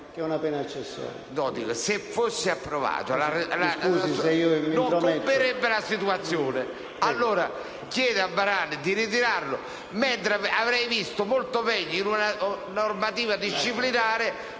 che è una pena accessoria.